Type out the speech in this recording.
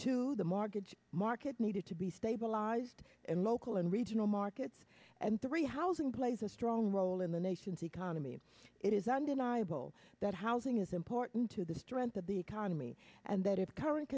to the mortgage market needed to be stabilized in local and regional markets and three housing plays a strong role in the nation's economy it is undeniable that housing is important to the strength of the economy and that if current